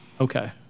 Okay